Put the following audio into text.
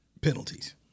penalties